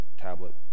tablet